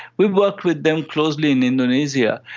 we worked with them closely in indonesia,